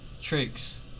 tricks